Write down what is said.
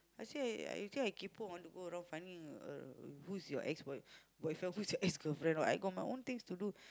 I say I you think I kaypoh want to go around finding uh who's your ex boy~ boyfriend who's your ex girlfriend I got my own things to do